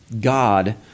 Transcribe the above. God